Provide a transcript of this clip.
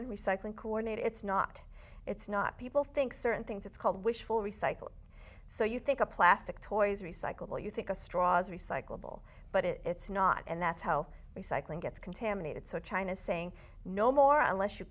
kalman recycling coordinator it's not it's not people think certain things it's called wishful recycle so you think of plastic toys recyclable you think a straws recyclable but it's not and that's how recycling gets contaminated so china is saying no more unless you